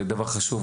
דבר חשוב,